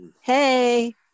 hey